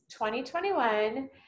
2021